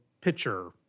pitcher